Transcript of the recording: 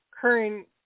current